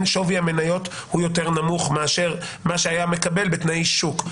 שווי המניות הוא יותר נמוך מאשר מה שהיה מקבל בתנאי שוק,